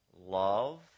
love